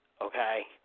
Okay